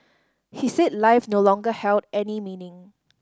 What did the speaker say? he said life no longer held any meaning